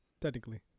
technically